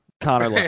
Connor